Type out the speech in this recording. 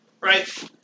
right